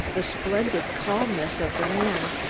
the splendid calmness of the man.